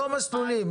לא מסלולים.